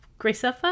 Graceffa